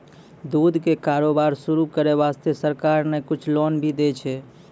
दूध के कारोबार शुरू करै वास्तॅ सरकार न कुछ लोन भी दै छै